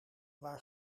waar